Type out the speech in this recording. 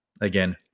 again